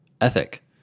ethic